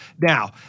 Now